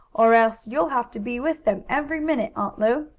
or else you'll have to be with them every minute, aunt lu.